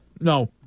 No